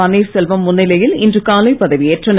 பன்னீர்செல்வம் முன்னிலையில் இன்று காலை பதவி ஏற்றனர்